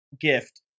Gift